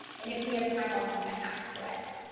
and if we have time, i'll come back to it.